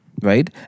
right